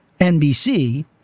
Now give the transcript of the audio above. NBC